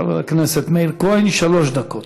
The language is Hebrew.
חבר הכנסת מאיר כהן, שלוש דקות.